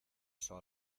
eso